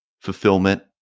fulfillment